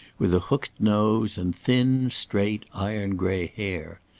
with a hooked nose and thin, straight, iron-gray hair.